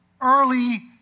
early